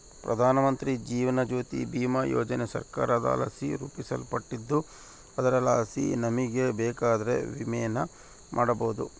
ಪ್ರಧಾನಮಂತ್ರಿ ಜೀವನ ಜ್ಯೋತಿ ಭೀಮಾ ಯೋಜನೆ ಸರ್ಕಾರದಲಾಸಿ ರೂಪಿಸಲ್ಪಟ್ಟಿದ್ದು ಅದರಲಾಸಿ ನಮಿಗೆ ಬೇಕಂದ್ರ ವಿಮೆನ ಮಾಡಬೋದು